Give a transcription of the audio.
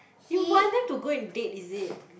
you wanted to go and date is it